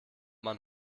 man